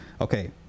Okay